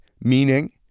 meaning